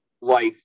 life